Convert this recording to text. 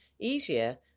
easier